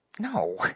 No